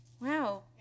Wow